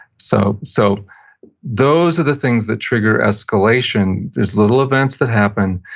so so, those are the things that trigger escalation. there's little events that happen,